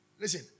Listen